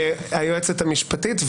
היועצת המשפטית.